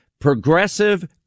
progressive